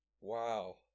wow